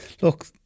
look